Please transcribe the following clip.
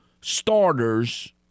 starters